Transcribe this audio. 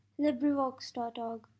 LibriVox.org